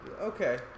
Okay